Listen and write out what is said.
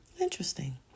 interesting